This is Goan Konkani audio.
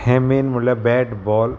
हें मेन म्हणल्यार बॅट बॉल